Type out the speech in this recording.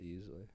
easily